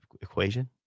equation